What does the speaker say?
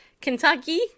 Kentucky